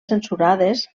censurades